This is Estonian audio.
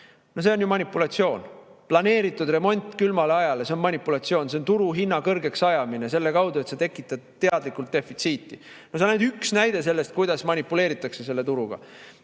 see on ju manipulatsioon. Planeeritud remont külmal ajal – see on manipulatsioon. See on turuhinna kõrgeks ajamine selle kaudu, et see tekitab teadlikult defitsiiti. See on ainult üks näide sellest, kuidas manipuleeritakse turuga.